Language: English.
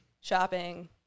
shopping